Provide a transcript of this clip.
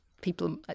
people